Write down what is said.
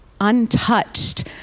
untouched